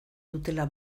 dutela